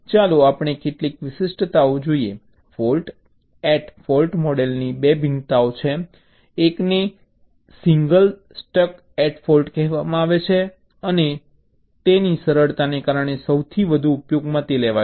ચાલો આપણે કેટલીક વિશિષ્ટતાઓ જોઈએ ફૉલ્ટ એટ ફૉલ્ટ મૉડલની 2 ભિન્નતાઓ છે એકને સિંગલ સ્ટક ઍટ ફૉલ્ટ કહેવામાં આવે છે તેથી તેની સરળતાને કારણે સૌથી વધુ ઉપયોગમાં લેવાય છે